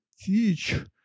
teach